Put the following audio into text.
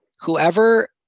Whoever